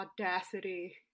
audacity